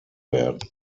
werden